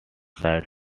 side